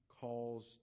calls